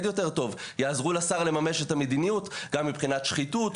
יותר טוב יעזרו לשר לממש את המדיניות גם מבחינת שחיתות,